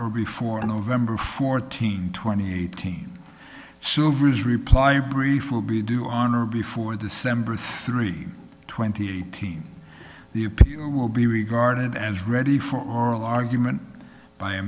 or before november fourteenth twenty eighteen servers reply brief will be due on or before december three twenty eight in the appeal will be regarded as ready for oral argument by a